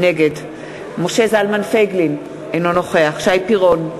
נגד משה זלמן פייגלין, אינו נוכח שי פירון,